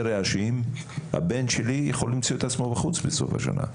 רעשים הבן שלי יכול למצוא את עצמו בחוץ בסוף השנה.